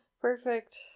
Perfect